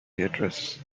address